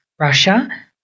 Russia